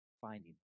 finding